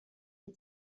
des